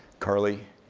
carlie.